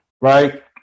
right